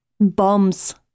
bombs